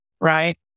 right